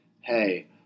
hey